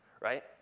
right